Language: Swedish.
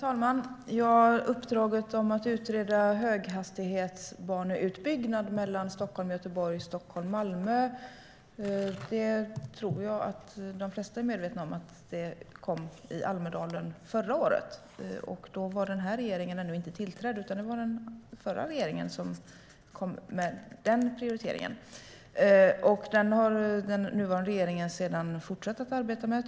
Herr talman! Uppdraget att utreda höghastighetsbaneutbyggnad Stockholm-Göteborg och Stockholm-Malmö tror jag att de flesta är medvetna om kom i Almedalen förra året. Då var den här regeringen ännu inte tillträdd, utan det var den förra regeringen som kom med den prioriteringen. Denna prioritering har den nuvarande regeringen sedan fortsatt att arbeta med.